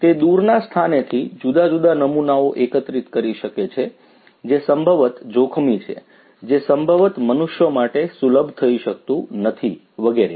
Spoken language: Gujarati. તે દૂરના સ્થાનેથી જુદા જુદા નમૂનાઓ એકત્રિત કરી શકે છે જે સંભવત જોખમી છે જે સંભવત મનુષ્યો માટે સુલભ થઈ શકતું નથી વગેરે